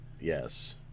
yes